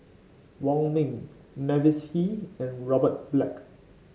Wong Ming Mavis Hee and Robert Black